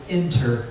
enter